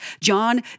John